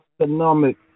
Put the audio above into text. economic